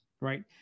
Right